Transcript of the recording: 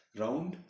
round